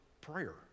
prayer